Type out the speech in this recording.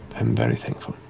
i'm very thankful.